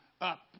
up